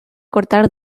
cortar